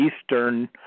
Eastern